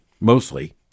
mostly